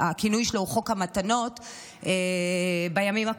שהכינוי שלו הוא חוק המתנות בימים הקרובים.